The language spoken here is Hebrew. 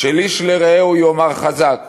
של איש לרעהו יאמר חזק